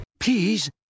Please